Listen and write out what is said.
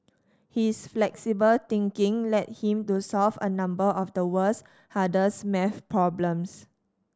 his flexible thinking led him to solve a number of the world's hardest maths problems